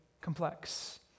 complex